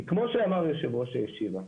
כי כמו שאמר יו"ר הישיבה,